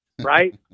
right